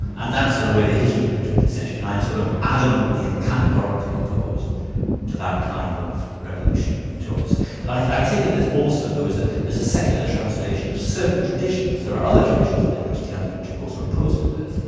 and that's in a way the history of the twentieth century and so that sort of adamantly and categorically opposed to that kind of revolutionary utopianism. but i take it as also though, as ah as a secular translation of certain traditions. there are other traditions within christianity which of course are opposed to this,